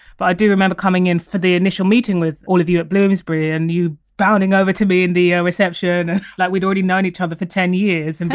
but i do remember coming in for the initial meeting with all of you at bloomsbury and you bounding over to me in the reception like we'd already known each other for ten years and